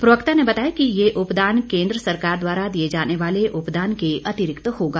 प्रवक्ता ने बताया कि ये उपदान केंद्र सरकार द्वारा दिए जाने वाले उपदान के अतिरिक्त होगा